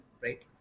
right